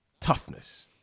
toughness